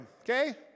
Okay